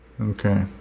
Okay